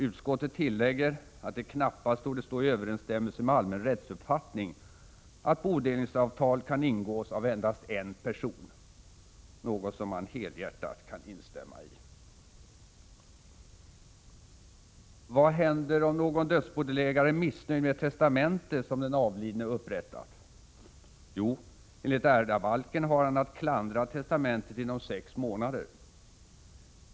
Utskottet tillägger att det knappast torde stå i överensstämmelse med allmän rättsuppfattning att bodelningsavtal kan ingås av endast en person, något som man helhjärtat kan instämma i. Vad händer om någon dödsbodelägare är missnöjd med ett testamente som den avlidne har upprättat? Jo, enligt ärvdabalken har han att klandra testamentet inom sex månader.